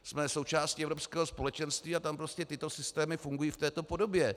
Jsme součástí Evropského společenství a tam prostě tyto systémy fungují v této podobě.